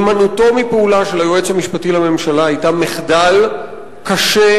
הימנעותו מפעולה של היועץ המשפטי לממשלה היתה מחדל קשה,